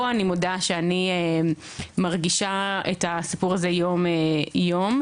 פה, אני מודה שאני מרגישה את הסיפור הזה יום יום.